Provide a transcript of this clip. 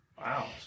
Wow